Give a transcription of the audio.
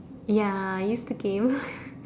ya I used to game